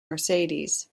mercedes